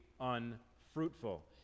unfruitful